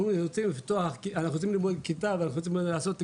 רוצים ללמוד בכיתה ואנחנו רוצים לעשות גיור,